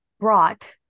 brought